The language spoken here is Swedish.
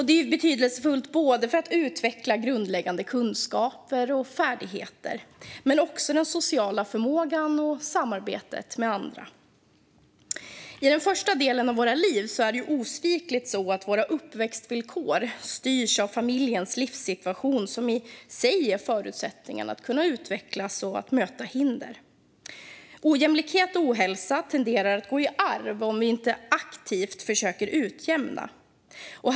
Den är betydelsefull för att utveckla grundläggande kunskaper, färdigheter, social förmåga och samarbete med andra. Under den första delen av våra liv är det osvikligt så att våra uppväxtvillkor styrs av familjens livssituation, som i sig är en förutsättning för att kunna utvecklas och möta hinder. Ojämlikhet och ohälsa tenderar att gå i arv om man inte aktivt försöker att utjämna levnadsvillkoren.